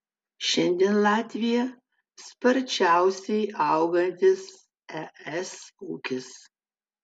šiandien latvija sparčiausiai augantis es ūkis